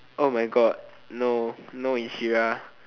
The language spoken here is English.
oh my god no no